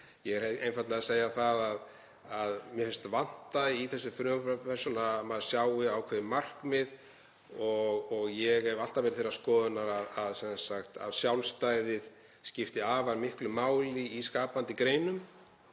Ég er einfaldlega að segja að mér finnst vanta í þetta frumvarp að maður sjái ákveðið markmið. Ég hef alltaf verið þeirrar skoðunar að sjálfstæði skipti afar miklu máli í skapandi greinum